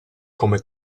come